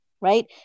right